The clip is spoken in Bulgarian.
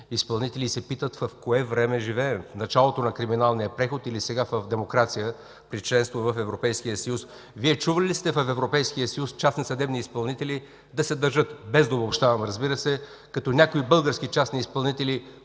изпълнители и се питат в кое време живеем – в началото на криминалния преход или сега - в демокрация при членство в Европейския съюз. Вие чували ли сте в Европейския съюз частни съдебни изпълнители да се държат, без да обобщавам, разбира се, като някои български частни изпълнители,